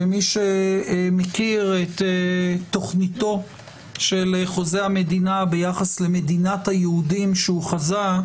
מי שמכיר את תכניתו של חוזה המדינה ביחס למדינת היהודים שהוא חזה,